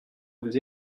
vous